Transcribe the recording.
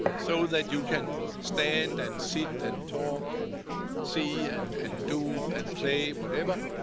so that you can stand and sit and talk and see and and do and play, whatever.